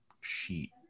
sheet